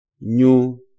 New